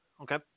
Okay